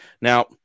Now